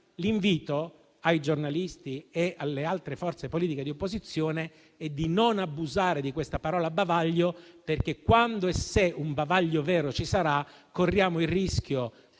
l'invito ai giornalisti e alle altre forze politiche di opposizione è di non abusare della parola bavaglio perché, quando e se un bavaglio vero ci sarà, corriamo il rischio